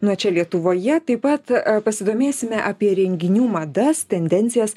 nuo čia lietuvoje taip pat pasidomėsime apie renginių madas tendencijas